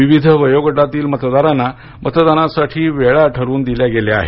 विविध वयोगटातील मतदारांना मतदानासाठी वेळा ठरवून दिल्या आहेत